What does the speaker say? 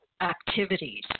activities